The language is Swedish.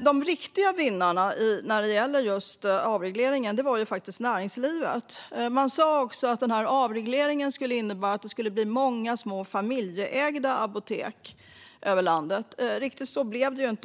De riktiga vinnarna när det gäller just avregleringen var faktiskt näringslivet. Man sa att avregleringen skulle innebära att det skulle bli många små familjeägda apotek över landet. Riktigt så blev det inte.